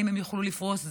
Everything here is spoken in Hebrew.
אם הן יוכלו לפרוס זחל,